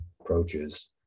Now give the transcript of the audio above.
approaches